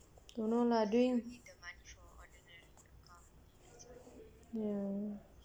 don't know lah during ya